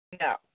No